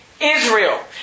Israel